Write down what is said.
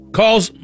calls